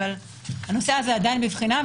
אבל הנושא הזה עדיין בבחינה,